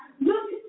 Look